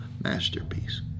masterpiece